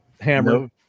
Hammer